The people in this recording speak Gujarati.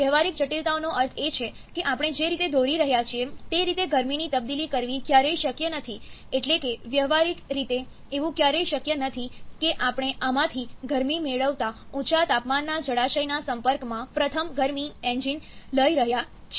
વ્યવહારિક જટિલતાઓનો અર્થ એ છે કે આપણે જે રીતે દોરી રહ્યા છીએ તે રીતે ગરમીની તબદીલી કરવી ક્યારેય શક્ય નથી એટલે કે વ્યવહારિક રીતે એવું ક્યારેય શક્ય નથી કે આપણે આમાંથી ગરમી મેળવતા ઊંચા તાપમાનના જળાશયના સંપર્કમાં પ્રથમ ગરમી એન્જિન લઈ રહ્યા છીએ